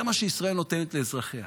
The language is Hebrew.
זה מה שישראל נותנת לאזרחיה,